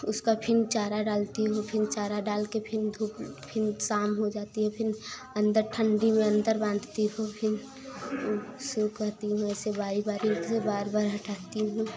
उसका फिर चारा डालती हूँ फिर चारा डाल कर फिर धूप में फिर शाम हो जाती है फिर अंदर ठंडी में अंदर बांधती हूँ फिर ऊ सू कहती हूँ ऐसे बारी बारी से बारबार हटाती हूँ